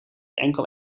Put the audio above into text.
enkel